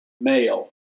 male